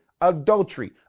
adultery